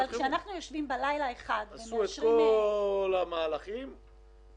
אבל כשאנחנו יושבים בלילה אחד ומאשרים --- עשו את כל המהלכים לעקוף.